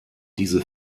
diese